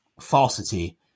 falsity